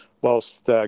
whilst